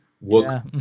work